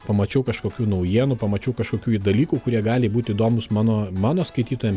pamačiau kažkokių naujienų pamačiau kažkokių i dalykų kurie gali būti įdomūs mano mano skaitytojam